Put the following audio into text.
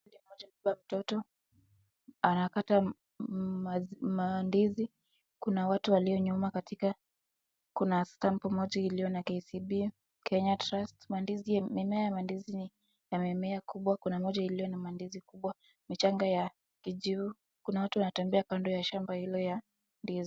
Amebeba mtoto, anakata mandizi kuna watu walio nyuma katika, kuna stampu moja iliyo na KCB, Kenya Trust mimmea ya mandizi yamemea kubwa kuna moja iliyo na mandizi kubwa mchanga ya kijivu kuna watu wanatembea kando la hilo shamba ya ndizi.